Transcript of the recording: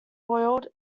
boiled